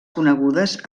conegudes